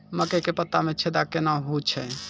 मकई के पत्ता मे छेदा कहना हु छ?